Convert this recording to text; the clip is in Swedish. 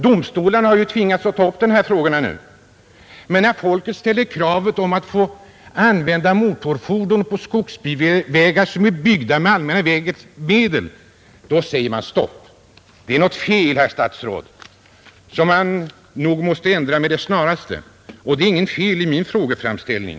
Domstolarna har ju tvingats att ta upp dessa frågor nu, men när folket ställer kravet om att få använda motorfordon på skogsbilvägar som är byggda med allmänna medel, då säger man stopp. Det är något fel, herr statsråd, som man nog måste ändra med det snaraste, Det är inget fel i min frågeställning.